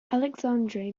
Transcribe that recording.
alexandre